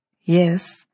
Yes